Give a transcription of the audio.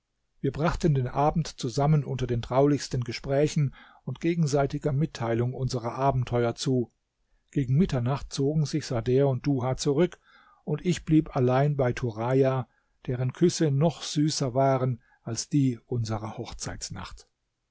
wir brachten den abend zusammen unter den traulichsten gesprächen und gegenseitiger mitteilung unserer abenteuer zu gegen mitternacht zogen sich sader und duha zurück und ich blieb allein bei turaja deren küsse noch süßer waren als die unserer hochzeitsnacht